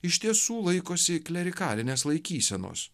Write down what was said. iš tiesų laikosi klerikalinės laikysenos